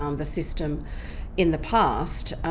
um the system in the past ah.